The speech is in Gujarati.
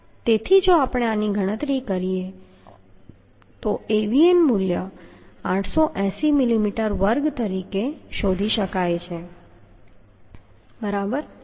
તેથી જો આપણે આની ગણતરી કરીએ તો આપણે Avn મૂલ્ય 880 મિલીમીટર વર્ગ તરીકે શોધી શકીએ બરાબર